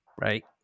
right